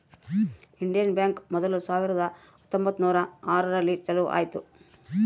Indian Bank ಮೊದ್ಲು ಸಾವಿರದ ಹತ್ತೊಂಬತ್ತುನೂರು ಆರು ರಲ್ಲಿ ಚಾಲೂ ಆಯ್ತು